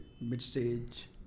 mid-stage